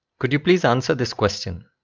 could you please answer this question?